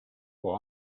può